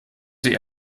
sie